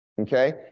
okay